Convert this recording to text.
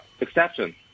exception